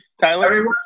Tyler